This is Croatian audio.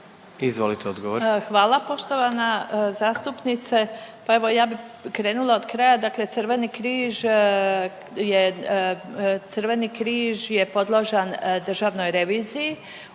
Marija** Hvala poštovana zastupnice, pa evo ja bi krenula od kraja, dakle Crveni križ je, Crveni križ je podložan državnoj reviziji,